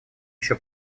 еще